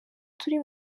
turi